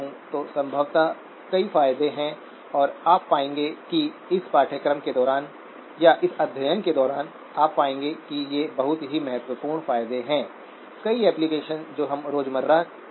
तो यह थोड़ा ऊपर चला जाता है यह बहुत नीचे गिर जाता है